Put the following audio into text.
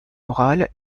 orale